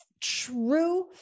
true